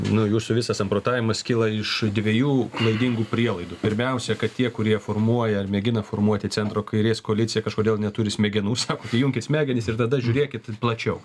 nu jūsų visas samprotavimas kyla iš dviejų klaidingų prielaidų pirmiausia kad tie kurie formuoja ar mėgina formuoti centro kairės koaliciją kažkodėl neturi smegenų sakot įjunkit smegenis ir tada žiūrėkit plačiau